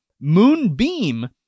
Moonbeam